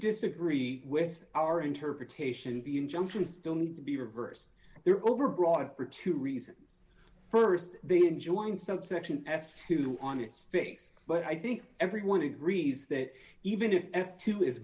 disagree with our interpretation be injunction still needs to be reversed there overbroad for two reasons st the enjoying subsection f two on its face but i think everyone agrees that even if two is